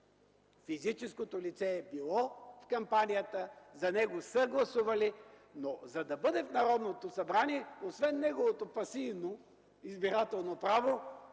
Физическото лице е било в кампанията, за него са гласували, но за да бъде в Народното събрание, освен неговото пасивно избирателно право,